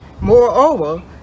moreover